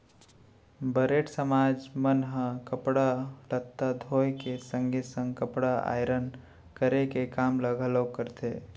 बरेठ समाज मन ह कपड़ा लत्ता धोए के संगे संग कपड़ा आयरन करे के काम ल घलोक करथे